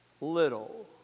little